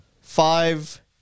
five